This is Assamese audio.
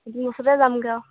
এইটো বছৰতে যাম গৈ আৰু